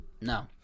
no